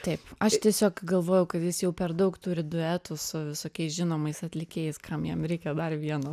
taip aš tiesiog galvojau kad jis jau per daug turi duetų su visokiais žinomais atlikėjais kam jam reikia dar vieno